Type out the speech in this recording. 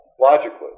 logically